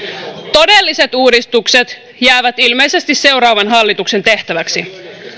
todelliset uudistukset jäävät ilmeisesti seuraavan hallituksen tehtäväksi